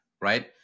right